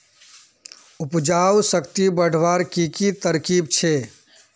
उपजाऊ शक्ति बढ़वार की की तरकीब छे?